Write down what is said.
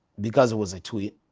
because it was a tweet,